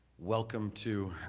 welcome to